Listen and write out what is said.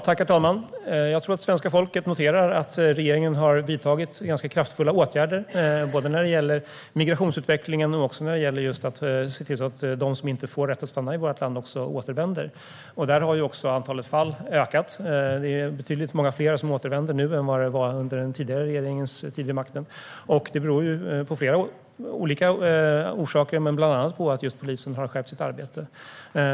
Herr talman! Jag tror att svenska folket noterar att regeringen har vidtagit ganska kraftfulla åtgärder både när det gäller migrationsutvecklingen och när det gäller att se till att de som inte får rätt att stanna i vårt land också återvänder. Där har också antalet fall ökat. Det är betydligt många fler som återvänder nu än under den tidigare regeringens tid vid makten. Det har flera olika orsaker, bland annat att polisen har skärpt sitt arbete.